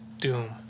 Doom